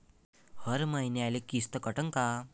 हर मईन्याले किस्त कटन का?